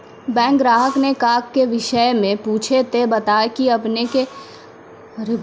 Bank ग्राहक ने काज के विषय मे पुछे ते बता की आपने ने कतो रुपिया आपने ने लेने छिए?